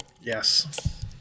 Yes